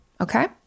Okay